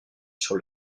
sur